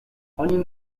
ogni